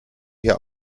hier